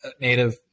native